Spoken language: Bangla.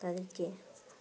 তারিখে